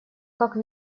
как